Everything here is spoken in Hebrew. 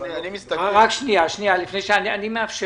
אני מכיר